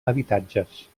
habitatges